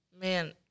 Man